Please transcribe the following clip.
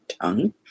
tongue